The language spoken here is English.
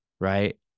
right